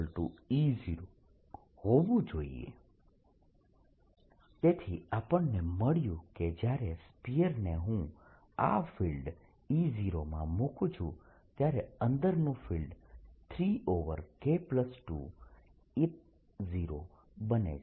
EnetE0 P30 Pe0Enet EnetE0 e3Enet Enet3E03e3K2E0 When K1 EnetE0 તેથી આપણને મળ્યું કે જ્યારે સ્ફીયરને હું આ ફિલ્ડ E0 માં મૂકું છું ત્યારે અંદરનું ફિલ્ડ 3K2E0 બને છે